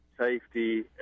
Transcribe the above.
safety